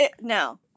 No